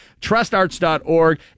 trustarts.org